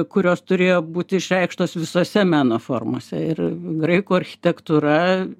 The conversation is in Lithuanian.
kurios turėjo būti išreikštos visose meno formose ir graikų architektūra